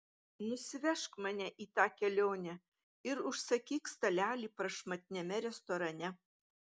nusivežk mane į tą kelionę ir užsakyk stalelį prašmatniame restorane